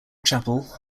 chapel